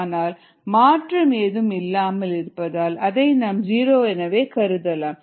ஆனால் மாற்றம் ஏதும் இல்லாமல் இருப்பதால் அதை நாம் ஜீரோ எனவே கருதலாம்